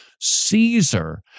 Caesar